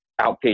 outpatient